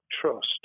trust